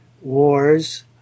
wars